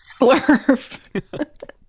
Slurp